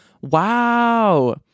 Wow